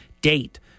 date